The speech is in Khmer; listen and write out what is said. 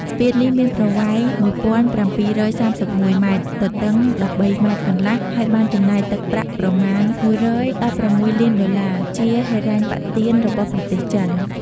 ស្ពាននេះ មានប្រវែង ១៧៣១ម៉ែត្រ ទទឹង ១៣ម៉ែត្រកន្លះ ហើយបានចំណាយទឹកប្រាក់ប្រមាណ ១១៦ លានដុល្លារ ជាហិរញ្ញប្បទានរបស់ប្រទេសចិន។